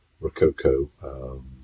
rococo